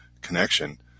connection